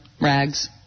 rags